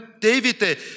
David